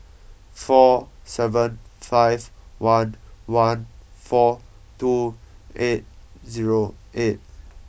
four seven five one one four two eight zero eight